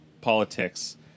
politics